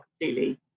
completely